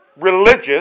religious